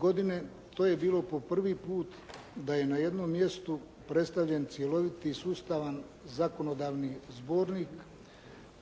godine, to je bilo po prvi put da je na jednom mjestu predstavljen cjeloviti i sustavan zakonodavni zbornik